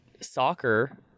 soccer